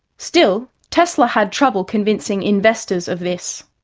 still, tesla had trouble convincing investors of this.